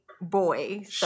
boy